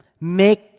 make